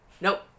Nope